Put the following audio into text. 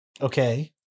Okay